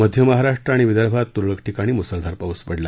मध्य महाराष्ट्र आणि विदर्भात तुरळक ठिकाणी मुसळधार पाऊस पडला